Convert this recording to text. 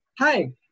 Hi